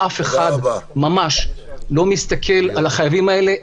אף אחד לא מסתכל על החייבים האלה.